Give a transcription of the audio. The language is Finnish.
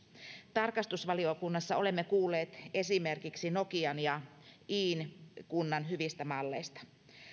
tarkastusvaliokunnassa olemme kuulleet esimerkiksi nokian ja iin kunnan hyvistä malleista